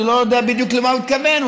אני לא יודע בדיוק למה הוא התכוון,